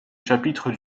chapitres